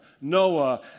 Noah